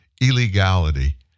illegality